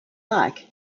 like